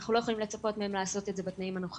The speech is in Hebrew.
אנחנו לא יכולים לצפות מהם לעשות את זה בתנאים הנוכחיים.